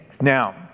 Now